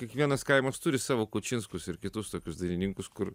kiekvienas kaimas turi savo kučinskus ir kitus tokius dainininkus kur